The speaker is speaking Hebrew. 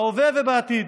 בהווה ובעתיד,